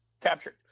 captured